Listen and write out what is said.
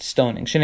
Stoning